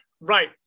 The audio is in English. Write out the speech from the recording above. Right